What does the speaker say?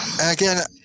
again